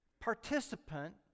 participant